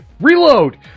reload